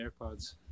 AirPods